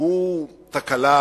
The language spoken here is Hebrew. הוא תקלה?